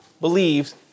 believes